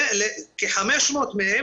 כ-500 מהם,